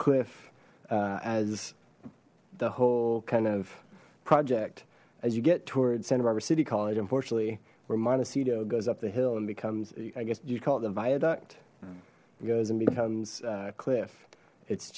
cliff as the whole kind of project as you get towards santa barbara city college unfortunately where montecito goes up the hill and becomes i guess you'd call it the viaduct it goes and becomes cliff it's